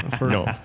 No